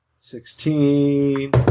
Sixteen